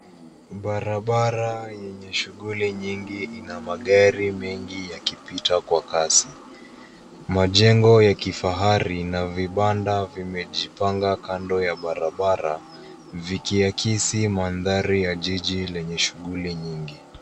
Barabara yenye shughuli nyingi ina magari mengi yakipita kwa kasi. Majengo ya kifahari na vibanda vimejipanga kando ya barabaraba, vikiakisi mandhari ya jiji lenye shughuli nyingi.